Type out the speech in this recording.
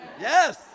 Yes